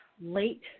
late